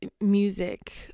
music